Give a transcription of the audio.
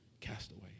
castaway